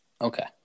okay